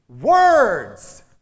words